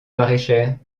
maraîchère